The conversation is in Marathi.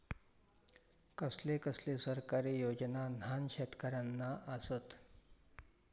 कसले कसले सरकारी योजना न्हान शेतकऱ्यांना आसत?